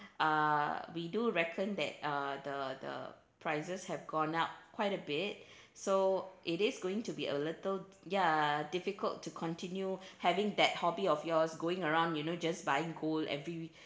uh we do reckon that uh the the prices have gone up quite a bit so it is going to be a little ya difficult to continue having that hobby of yours going around you know just buying gold every week